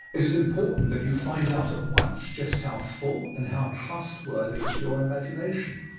it is important that you find out at once just how full and how trustworthy is your imagination,